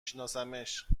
شناسمش